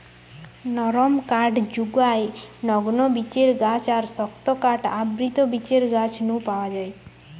নরম কাঠ জুগায় নগ্নবীজের গাছ আর শক্ত কাঠ আবৃতবীজের গাছ নু পাওয়া যায়